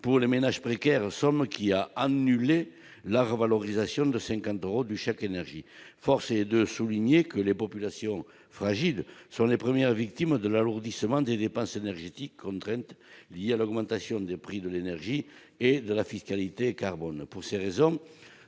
pour les ménages précaires, somme qui a annulé la revalorisation de 50 euros du chèque énergie. Force est de souligner que les populations fragiles sont les premières victimes de l'alourdissement des dépenses énergétiques contraintes, liées à l'augmentation des prix de l'énergie et de la fiscalité carbone. Pour ces raisons,